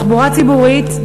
תחבורה ציבורית,